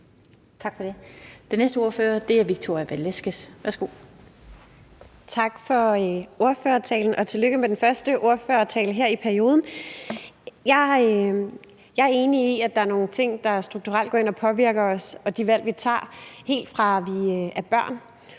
Tak for det. Den næste ordfører er Victoria Velasquez. Værsgo. Kl. 16:48 Victoria Velasquez (EL): Tak for ordførertalen, og tillykke med den første ordførertale her i perioden. Jeg er enig i, at der er nogle ting, der strukturelt går ind og påvirker os og de valg, vi tager, helt fra vi er børn,